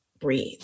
breathe